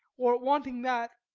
or, wanting that,